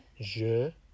Je